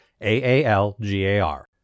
A-A-L-G-A-R